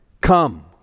Come